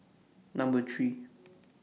Number three